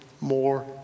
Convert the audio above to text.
more